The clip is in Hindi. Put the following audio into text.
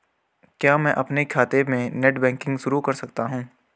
क्या मैं अपने खाते में नेट बैंकिंग शुरू कर सकता हूँ?